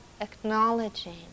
acknowledging